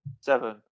Seven